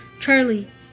Charlie